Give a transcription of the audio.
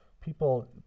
people